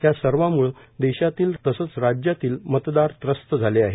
या सर्वाम्ळे देशातील तसंच राज्यातील मतदार व्रस्त झाले आहेत